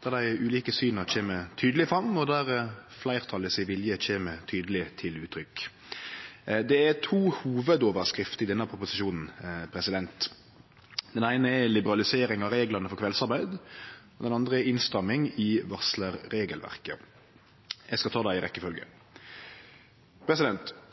Dei ulike syna kjem tydeleg fram, og vilja til fleirtalet kjem tydeleg til uttrykk. Det er to hovudoverskrifter i denne proposisjonen. Den eine er liberalisering av reglane for kveldsarbeid. Den andre er innstramming i varslarregelverket. Eg skal ta dei i